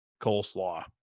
coleslaw